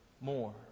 more